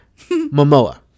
Momoa